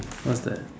what's that